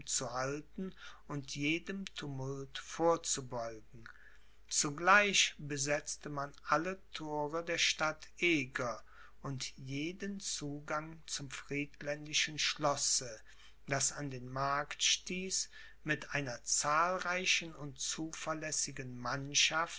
zu halten und jedem tumult vorzubeugen zugleich besetzte man alle thore der stadt eger und jeden zugang zum friedländischen schlosse das an den markt stieß mit einer zahlreichen und zuverlässigen mannschaft